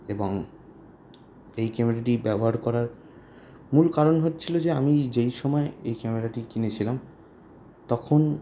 এবং এই ক্যামেরাটি ব্যবহার করার মূল কারণ হচ্ছিল যে আমি যেই সময় এই ক্যামেরাটি কিনেছিলাম তখন